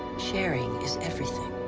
sharing is everything.